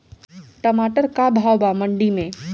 टमाटर का भाव बा मंडी मे?